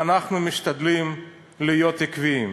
ואנחנו משתדלים להיות עקביים.